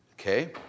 Okay